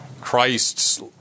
Christ's